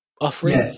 offering